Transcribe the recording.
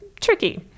tricky